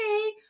okay